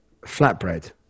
flatbread